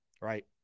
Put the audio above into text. Right